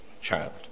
child